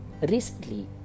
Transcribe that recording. Recently